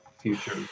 future